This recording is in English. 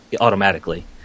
automatically